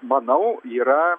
manau yra